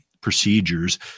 procedures